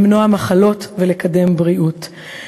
למנוע מחלות ולקדם בריאות.